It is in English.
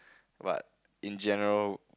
but in general